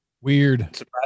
Weird